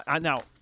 now